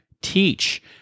teach